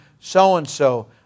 so-and-so